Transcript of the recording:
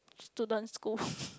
student school